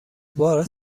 بار